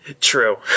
True